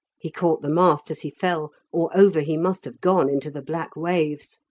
he caught the mast as he fell, or over he must have gone into the black waves.